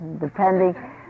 Depending